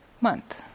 month